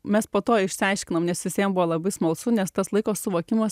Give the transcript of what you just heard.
mes po to išsiaiškinom nes visiems buvo labai smalsu nes tas laiko suvokimas